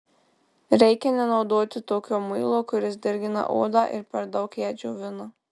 reikia nenaudoti tokio muilo kuris dirgina odą ir per daug ją džiovina